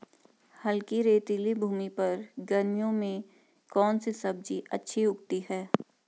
हल्की रेतीली भूमि पर गर्मियों में कौन सी सब्जी अच्छी उगती है?